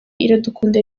iradukunda